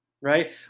Right